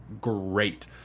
great